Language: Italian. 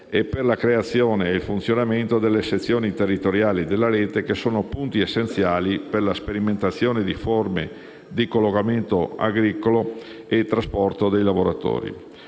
e per la creazione e il funzionamento delle sezioni territoriali della rete che sono punti essenziali per la sperimentazione di forme di collocamento agricolo e trasporto dei lavoratori.